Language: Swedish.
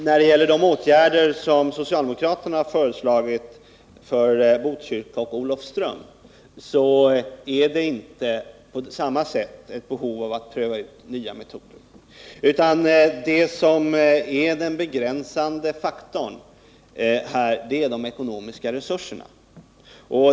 När det gäller de åtgärder som socialdemokraterna har föreslagit för Botkyrka och Olofström är det inte på samma sätt ett behov av att pröva ut nya metoder, utan det som är den begränsande faktorn här är de ekonomiska resurserna.